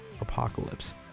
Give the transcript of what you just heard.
Apocalypse